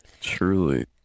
Truly